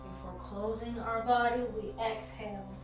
closing our body, we exhale.